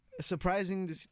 surprising